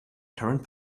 current